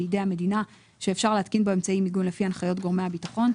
בידי המדינה שאפשר להתקין בו אמצעי מיגון לפי הנחיות גורמי הביטחון: